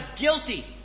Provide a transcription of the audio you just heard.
guilty